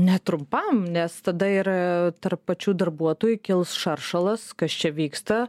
ne trumpam nes tada ir tarp pačių darbuotojų kils šaršalas kas čia vyksta